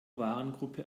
warengruppe